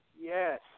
yes